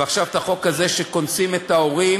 ועכשיו את החוק הזה שקונסים את ההורים,